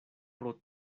pro